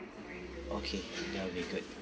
okay that will be good